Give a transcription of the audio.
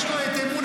יש לו יותר את אמון